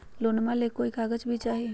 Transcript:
लोनमा ले कोई कागज भी चाही?